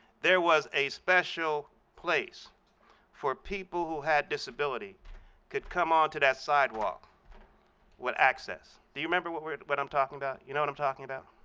there was a special place for people who had disability could come onto that sidewalk with access. do you remember what we're what i'm talking about? you know what i'm talking about?